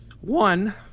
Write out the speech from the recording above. One